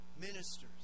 ministers